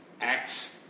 Acts